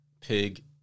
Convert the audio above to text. Pig